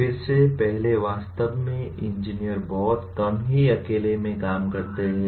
फिर से पहले वास्तव में इंजीनियर बहुत कम ही अकेले में काम करते हैं